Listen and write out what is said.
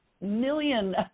million